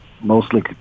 mostly